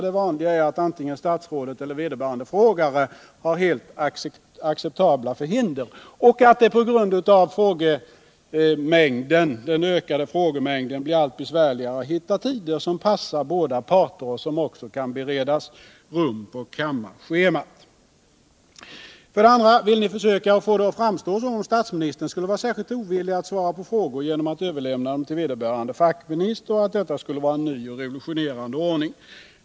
Det vanliga är att antingen statsrådet i fråga eller vederbörande frågare har helt acceptabla förhinder samt att det på grund av den ökade frågemängden blir allt besvärligare att hitta tider som passar båda parter och som kan beredas rum på kammarschemat. För det andra vill ni försöka att få det att framstå som om statsministern skulle vara särskilt ovillig att svara på frågor, därför att han överlämnar dem till vederbörande fackminister, och att detta skulle vara en ny och revolutionerande ordning.